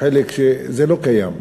זה לא קיים.